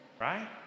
right